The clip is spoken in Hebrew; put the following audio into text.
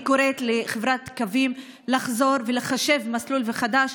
אני קוראת לחברת קווים לחזור ולחשב מסלול מחדש,